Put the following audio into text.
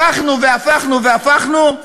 הפכנו והפכנו והפכנו,